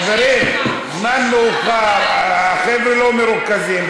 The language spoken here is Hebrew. חברים, מאוחר, החבר'ה לא מרוכזים.